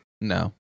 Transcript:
No